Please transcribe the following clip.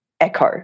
Echo